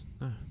no